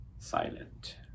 silent